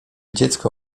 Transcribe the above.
dziecko